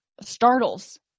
startles